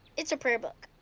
it's a prayer book.